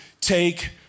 take